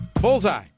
Bullseye